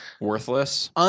Worthless